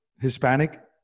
Hispanic